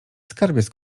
skarbiec